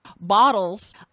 bottles